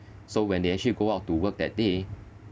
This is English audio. so when they actually go out to work that day